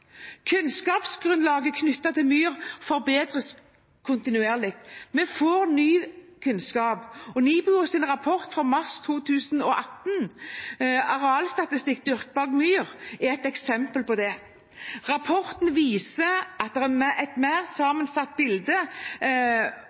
Kunnskapsgrunnlaget knyttet til myr forbedres kontinuerlig. Vi får ny kunnskap, og NIBIOs rapport fra mars 2019, Arealstatistikk: Dyrkbar myr, er et eksempel på det. Rapporten viser at det er et mer sammensatt bilde